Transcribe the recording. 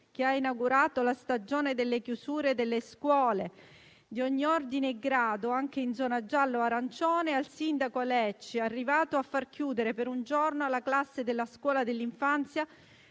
che ha inaugurato la stagione delle chiusure delle scuole di ogni ordine e grado anche in zona giallo-arancione, al sindaco Alecci, arrivato a far chiudere per un giorno la classe della scuola dell'infanzia